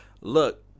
look